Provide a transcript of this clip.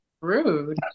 Rude